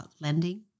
lending